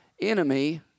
enemy